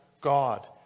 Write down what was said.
God